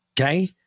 okay